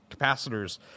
capacitors